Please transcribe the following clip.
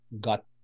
got